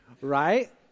Right